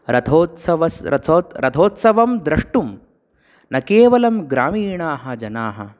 रथोत्सवस् रथो रथोत्सवं द्रष्टुं न केवलं ग्रामीणाः जनाः